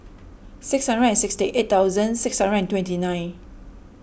six hundred and sixty eight thousand six hundred and twenty nine